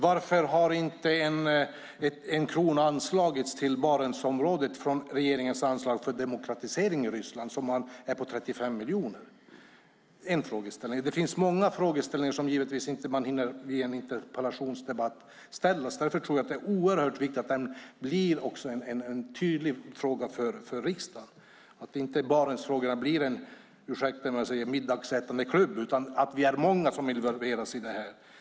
Varför har inte en krona anslagits till Barentsområdet från regeringens anslag för demokratisering i Ryssland som är på 35 miljoner? Det är en frågeställning. Det finns många frågor som man givetvis inte hinner ställa i en interpellationsdebatt. Därför tror jag att det är oerhört viktigt att detta också blir en tydlig fråga för riksdagen, att Barentsfrågorna inte blir en - ursäkta att jag säger det - middagsätande klubb, utan att vi är många som involveras i det här.